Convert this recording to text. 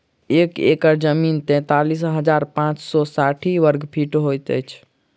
एक एकड़ जमीन तैँतालिस हजार पाँच सौ साठि वर्गफीट होइ छै